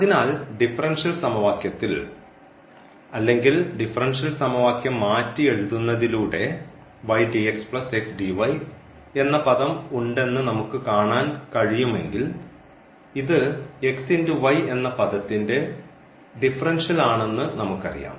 അതിനാൽ ഡിഫറൻഷ്യൽ സമവാക്യത്തിൽ അല്ലെങ്കിൽ ഡിഫറൻഷ്യൽ സമവാക്യം മാറ്റിയെഴുതുന്നതിലൂടെ എന്ന പദം ഉണ്ടെന്ന് നമുക്ക് കാണാൻ കഴിയുമെങ്കിൽ ഇത് എന്ന പദത്തിന്റെ ഡിഫറൻഷ്യൽ ആണെന്ന് നമുക്കറിയാം